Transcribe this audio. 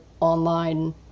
online